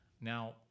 now